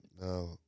no